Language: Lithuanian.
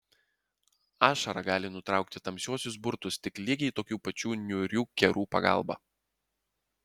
ašara gali nutraukti tamsiuosius burtus tik lygiai tokių pačių niūrių kerų pagalba